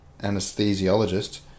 anesthesiologist